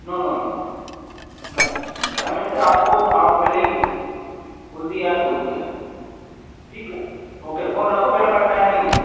no no no नहीं payment आपको half मिलेगी बोल दिया ने बोल दिया ठीक है ओके फोन रखो मेरे पास टाइम नहीं है